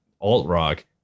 alt-rock